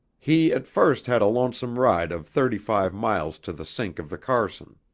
he at first had a lonesome ride of thirty-five miles to the sink of the carson.